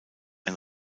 ein